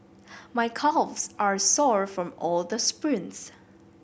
my calves are sore from all the sprints